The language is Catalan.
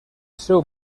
seu